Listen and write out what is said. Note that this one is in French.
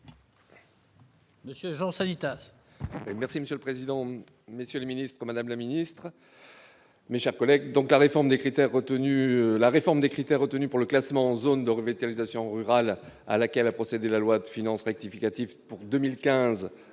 Monsieur Jean Sanitas